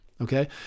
okay